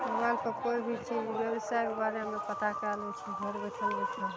मोबाइलपर कोइ भी चीज व्यवसायके बारेमे पता कए लै छै घर बैठल बैठल